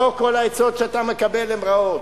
לא כל העצות שאתה מקבל הן רעות.